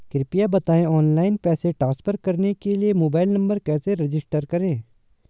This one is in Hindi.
कृपया बताएं ऑनलाइन पैसे ट्रांसफर करने के लिए मोबाइल नंबर कैसे रजिस्टर करें?